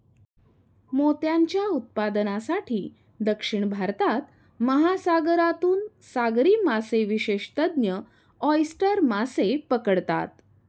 मोत्यांच्या उत्पादनासाठी, दक्षिण भारतात, महासागरातून सागरी मासेविशेषज्ञ ऑयस्टर मासे पकडतात